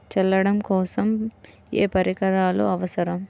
చల్లడం కోసం ఏ పరికరాలు అవసరం?